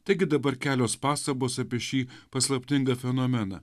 taigi dabar kelios pastabos apie šį paslaptingą fenomeną